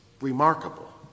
remarkable